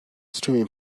streaming